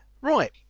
Right